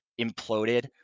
imploded